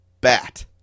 bat